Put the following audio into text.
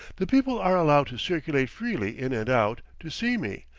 the people are allowed to circulate freely in and out to see me,